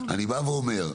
אני אומר,